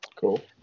Cool